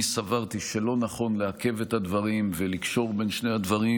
אני סברתי שלא נכון לעכב את הדברים ולקשור בין שני הדברים,